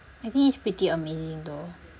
I think it's pretty amazing though